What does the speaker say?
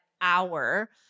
hour